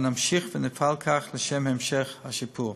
ונמשיך ונפעל כך לשם המשך השיפור.